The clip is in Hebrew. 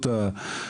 ידע מה קורה.